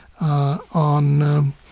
on